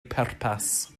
pwrpas